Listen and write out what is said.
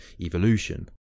evolution